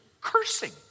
cursing